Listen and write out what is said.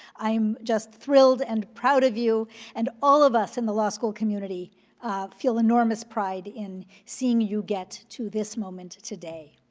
i'm just thrilled and proud of you and all of us in the law school community feel enormous pride in seeing you get to this moment today.